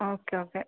okay okay